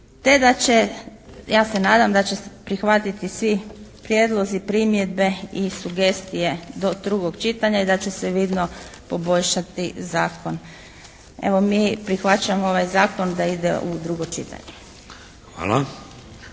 ja se nadam da će se prihvatiti svi prijedlozi, primjedbe i sugestije do drugog čitanja i da će se vidno poboljšati zakon. Evo, mi prihvaćamo ovaj zakon da ide u drugo čitanje.